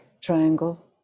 triangle